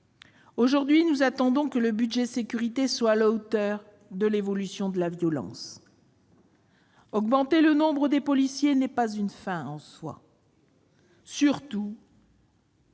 Aujourd'hui, nous attendons que le budget « Sécurités » soit à la hauteur de l'évolution de la violence. Augmenter le nombre de policiers n'est pas une fin en soi, surtout